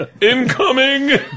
Incoming